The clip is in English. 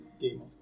Game